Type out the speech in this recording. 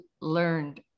learned